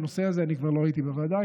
אני כבר לא הייתי בוועדה,